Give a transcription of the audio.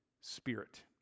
spirit